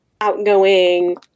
outgoing